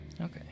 Okay